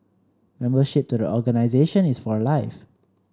membership to the organisation is for life